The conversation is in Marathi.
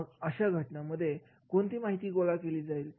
मग अशा घटनांमध्ये कोणती माहिती गोळा केली जाईल